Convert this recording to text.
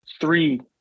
three